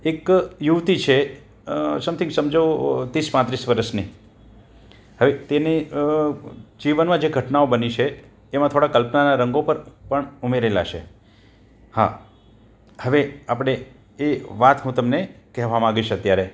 એક યુવતી છે સમથિંગ સમજો તીસ પાંત્રીસ વરસની હવે તેની જીવનમાં જે ઘટનાઓ બની છે એમાં થોડા કલ્પનાના રંગો પર પણ ઉમેરેલા છે હા હવે આપણે એ વાત હું તમને કહેવા માંગીશ અત્યારે